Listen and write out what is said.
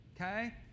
okay